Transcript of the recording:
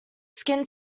skin